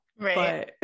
right